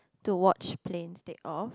to watch planes take off